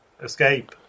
escape